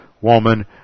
woman